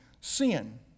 sin